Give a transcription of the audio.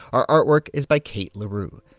our artwork is by kate larue.